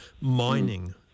mining